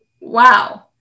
Wow